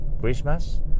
Christmas